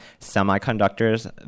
semiconductors